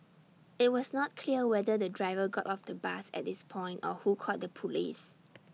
IT was not clear whether the driver got off the bus at this point or who called the Police